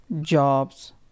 jobs